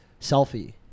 Selfie